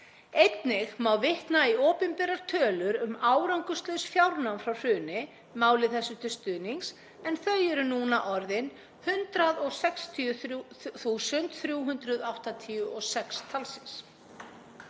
Einnig má vitna í opinberar tölur um árangurslaus fjárnám frá hruni máli þessu til stuðnings en þau eru núna orðin 163.386 talsis.